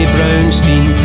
Brownstein